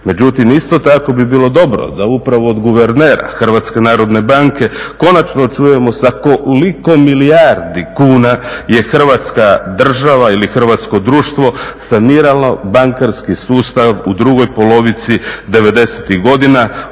Međutim, isto tako bi bilo dobro da upravo od guvernera Hrvatske narodne banke konačno čujemo sa koliko milijardi kuna je Hrvatska država ili hrvatsko društvo saniralo bankarski sustav u drugoj polovici devedesetih